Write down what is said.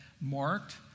marked